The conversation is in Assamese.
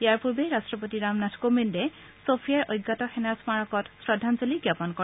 ইয়াৰ পূৰ্বে ৰাট্টপতি ৰামনাথ কোবিন্দে ছফিয়াৰ অজ্ঞাত সেনাৰ স্মাৰকত শ্ৰদ্ধাঞ্জলি জ্ঞাপন কৰে